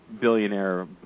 billionaire